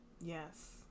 yes